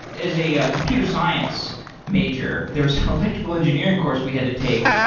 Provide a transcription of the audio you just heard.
as a ah computer science major, there's electrical engineering course we had to take,